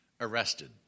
arrested